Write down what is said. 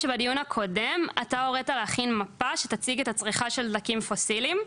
בדיון הקודם הוראת להכין מפה שתציג את צריכת הדלקים הפוסלים,